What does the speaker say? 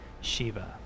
Shiva